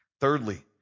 Thirdly